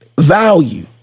value